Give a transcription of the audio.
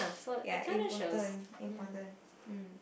ya important important mm